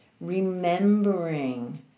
remembering